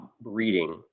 breeding